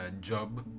job